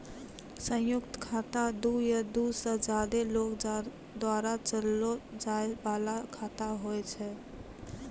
संयुक्त खाता दु या दु से ज्यादे लोगो द्वारा चलैलो जाय बाला खाता होय छै